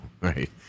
right